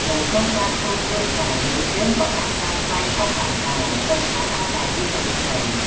នៅក្នុងការធ្វើជ្រក់ស្វាយនេះ យើងក៏អាចប្រើស្វាយធំបានដែរ សំខាន់ឱ្យតែវានៅខ្ចី។